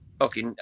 okay